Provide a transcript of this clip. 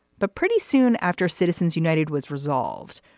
but pretty soon after citizens united was resolved.